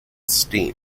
steep